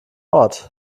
ort